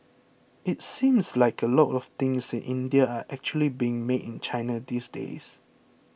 it seems like a lot of things in India are actually being made in China these days